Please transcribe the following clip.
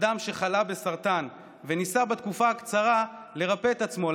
אדם שחלה בסרטן וניסה בתקופה הקצרה לרפא את עצמו,